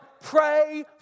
Pray